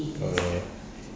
oo ya